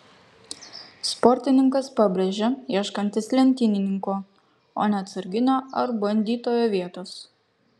sportininkas pabrėžė ieškantis lenktynininko o ne atsarginio ar bandytojo vietos